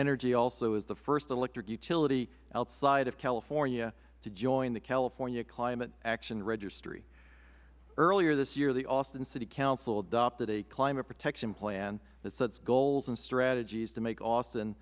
energy is the first electric utility outside of california to join the california climate action registry earlier this year the austin city council adopted a climate protection plan that sets goals and strategies to make austin